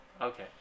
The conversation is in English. Okay